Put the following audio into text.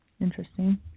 interesting